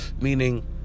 meaning